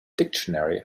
dictionary